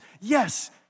yes